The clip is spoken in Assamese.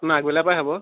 আমাৰ আগবেলাৰ পৰাই হ'ব